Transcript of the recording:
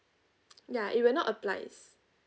ya it will not applies